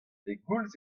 pegoulz